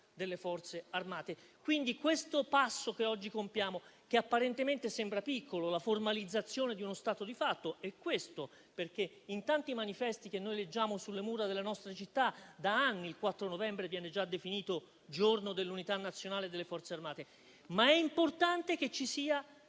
delle Forze armate. Questo passo che oggi compiamo apparentemente sembra piccolo, la formalizzazione di uno stato di fatto, perché in tanti manifesti che leggiamo sulle mura delle nostre città da anni il 4 novembre viene già definito Giorno dell'Unità nazionale e delle Forze armate. Ma è importante che ci sia